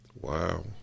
Wow